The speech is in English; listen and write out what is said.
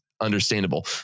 understandable